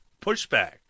pushback